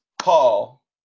Paul